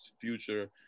future